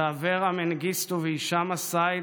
ושל אברה מנגיסטו והישאם א-סייד,